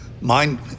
mind